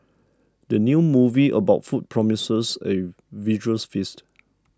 the new movie about food promises a visuals feast